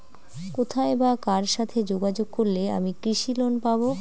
কোথায় বা কার সাথে যোগাযোগ করলে আমি কৃষি লোন পাব?